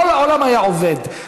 כל העולם היה עובד,